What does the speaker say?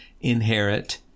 inherit